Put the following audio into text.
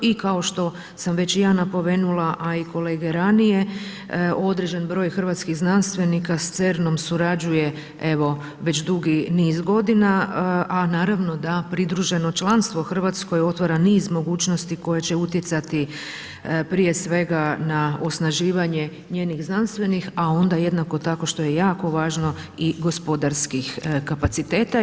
I kao što sam već i ja napomenula a i kolege ranije određen broj hrvatskih znanstvenika sa CERN-om surađuje evo već dugi niz godina a naravno da pridruženo članstvo Hrvatskoj otvara niz mogućnosti koje će utjecati prije svega na osnaživanje njenih znanstvenih a onda jednako tako što je jako važno i gospodarskih kapaciteta.